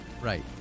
Right